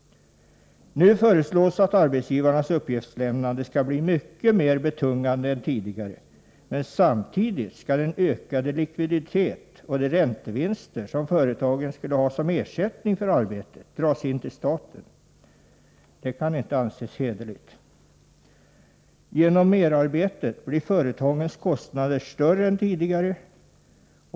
Nu föreslås att arbetsgivarnas uppgiftslämnande skall bli mycket mer betungande än tidigare, men samtidigt skall den ökade likviditet och de räntevinster som företagen skulle ha som ersättning för arbetet dras in till staten. Detta kan inte anses hederligt. Genom merarbetet blir företagens kostnader större än tidigare.